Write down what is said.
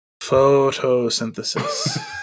photosynthesis